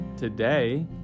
Today